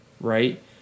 Right